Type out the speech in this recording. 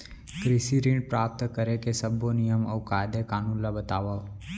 कृषि ऋण प्राप्त करेके सब्बो नियम अऊ कायदे कानून ला बतावव?